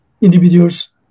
individuals